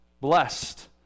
Blessed